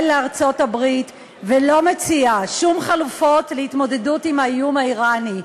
לארצות-הברית ולא מציע שום חלופות להתמודדות עם האיום האיראני.